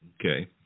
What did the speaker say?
Okay